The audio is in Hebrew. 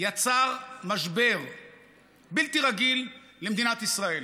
יצר משבר בלתי רגיל למדינת ישראל,